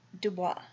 Dubois